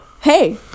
hey